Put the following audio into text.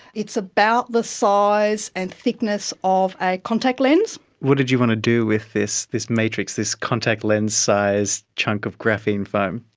it's about the size and thickness of a contact lens. what did you want to do with this this matrix, this contact lens size chunk of graphene foam?